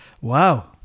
Wow